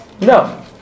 No